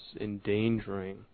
endangering